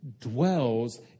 dwells